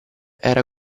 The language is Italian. era